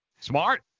Smart